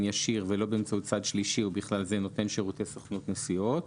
ישיר ולא באמצעות צד שלישי ובכלל זה נותן שירותי סוכנות נסיעות,